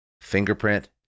Fingerprint